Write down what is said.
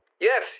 Yes